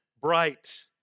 bright